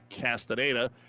Castaneda